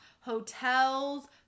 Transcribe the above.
hotels